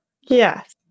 Yes